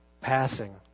passing